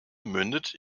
mündet